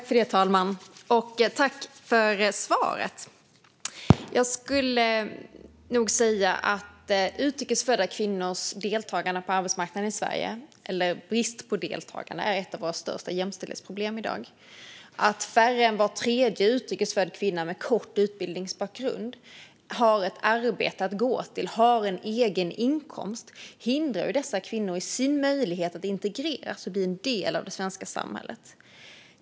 Fru talman! Jag tackar för svaret. Jag skulle nog säga att utrikes födda kvinnors deltagande på arbetsmarknaden i Sverige eller brist på deltagande är ett av våra största jämställdhetsproblem i dag. Att färre än var tredje utrikes född kvinna med kort utbildning har ett arbete att gå till och en egen inkomst hindrar dessa kvinnor i deras möjlighet att integreras och bli en del av det svenska samhället.